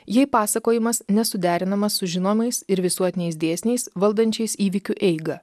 jei pasakojimas nesuderinamas su žinomais ir visuotiniais dėsniais valdančiais įvykių eigą